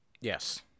Yes